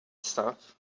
stuff